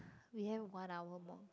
we have one hour more